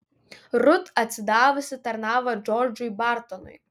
rut atsidavusi tarnavo džordžui bartonui